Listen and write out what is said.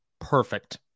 perfect